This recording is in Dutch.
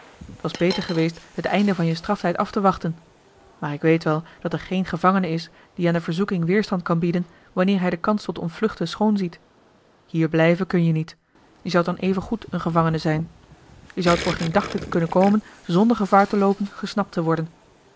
t was beter geweest het einde van je straftijd af te wachten maar ik weet wel dat er geen gevangene is die aan de verzoeking weerstand kan bieden wanneer hij de kans tot ontvluchten schoon ziet hier blijven kun je niet je zoudt dan even goed een gevangene zijn je zoudt voor geen daglicht kunnen komen zonder gevaar te loopen gesnapt te worden